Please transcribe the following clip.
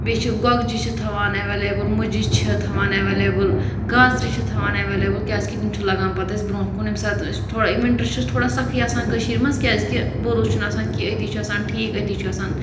بیٚیہِ چھِ گۄگجہِ چھِ تھاوان ایویلیبٕل مُجہِ چھِ تھاوان ایویلیبٕل گازرِ چھِ تھاوان ایویلیبٕل کیٛازِکہِ تِم چھِ لَگان پَتہٕ اَسہِ بروںٛہہ ییٚمہِ ساتہٕ تھوڑا یہِ وِنٹر چھُ اَسہِ تھوڑا سَکھٕے آسان کٔشیٖرِ منٛز کیٛازِکہِ بروس چھُنہٕ آسان کہِ أتی چھُ آسان ٹھیٖک أتی چھُ آسان